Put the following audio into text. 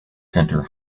center